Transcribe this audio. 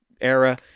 era